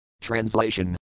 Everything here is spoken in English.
Translation